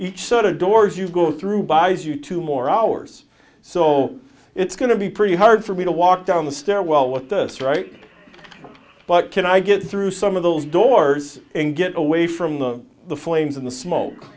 each set of doors you go through buys you two more hours so it's going to be pretty hard for me to walk down the stairwell with this right but can i get through some of those doors and get away from the flames and the smoke